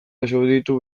desobeditu